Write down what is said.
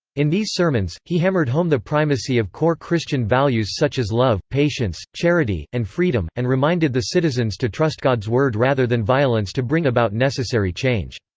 in these sermons, he hammered home the primacy of core christian values such as love, patience charity, and freedom, and reminded the citizens to trust god's word rather than violence to bring about necessary change.